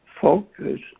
focus